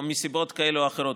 או שזה מסיבות כאלה ואחרות,